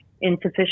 insufficient